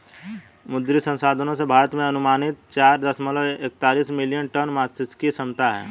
मुद्री संसाधनों से, भारत में अनुमानित चार दशमलव एकतालिश मिलियन टन मात्स्यिकी क्षमता है